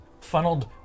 funneled